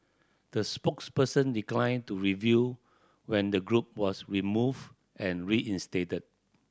the spokesperson declined to reveal when the group was removed and reinstated